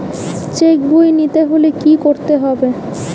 Check বই নিতে হলে কি করতে হবে?